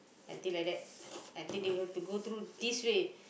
until like that until they have to go through this way